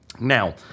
Now